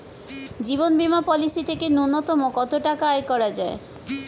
জীবন বীমা পলিসি থেকে ন্যূনতম কত টাকা আয় করা যায়?